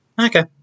Okay